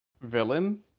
villain